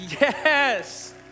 Yes